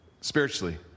spiritually